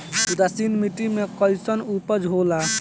उदासीन मिट्टी में कईसन उपज होला?